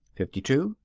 fifty two.